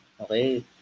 Okay